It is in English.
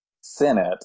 senate